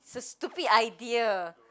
it's a stupid idea